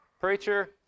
preacher